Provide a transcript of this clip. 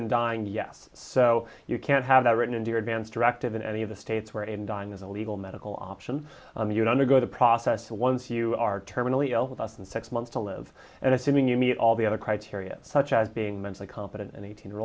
and dying yes so you can't have that written into your advanced directive in any of the states where in dying as a legal medical option you'd undergo the process once you are terminally ill with us and six months to live and assuming you meet all the other criteria such as being mentally competent and eighteen or